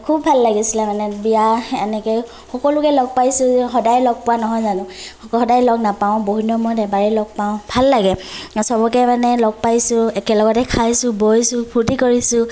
খুব ভাল লাগিছিলে মানে বিয়া এনেকেই সকলোকে লগ পাইছোঁ সদায় লগ পোৱা নহয় জানো সদায় লগ নাপাওঁ বহুদিনৰ মূৰত এবাৰে লগ পাওঁ ভাল লাগে চবকে মানে লগ পাইছোঁ একেলগতে খাইছোঁ বইছোঁ ফূৰ্তি কৰিছোঁ